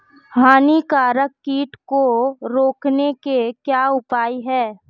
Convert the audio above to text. हानिकारक कीट को रोकने के क्या उपाय हैं?